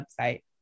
website